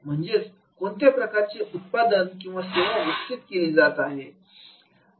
म्हणजेच कोणत्या प्रकारचे उत्पादन किंवा सेवा विकसित केली जाते